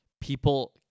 People